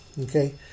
Okay